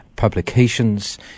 Publications